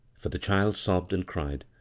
for the child sobbed and cried,